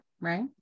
right